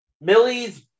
Millie's